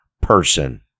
person